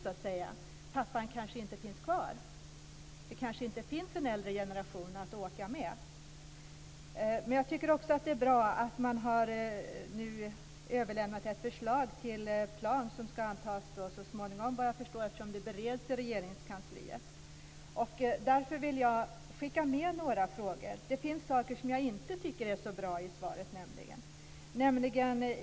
Pappan finns kanske inte kvar, och det finns måhända inte en äldre generation att följa med hos. Jag tycker dock att det är bra att man nu har överlämnat ett förslag till plan. Såvitt jag förstår ska den så småningom antas, eftersom den nu bereds av Regeringskansliet. Jag vill då skicka med några frågor. Det finns nämligen saker i svaret som jag inte tycker är så bra.